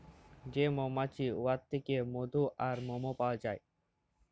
যে মমাছি উয়ার থ্যাইকে মধু আর মমও পাউয়া যায়